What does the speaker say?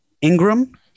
Ingram